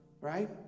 right